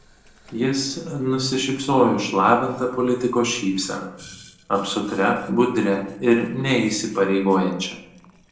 jis nusišypsojo išlavinta politiko šypsena apsukria budria ir neįsipareigojančia